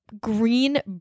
green